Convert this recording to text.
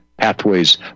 Pathways